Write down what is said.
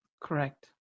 correct